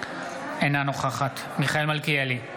אינה נוכחת מיכאל מלכיאלי,